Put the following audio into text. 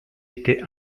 était